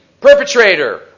perpetrator